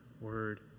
word